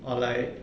or like